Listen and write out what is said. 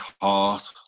heart